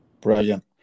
brilliant